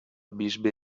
bisbe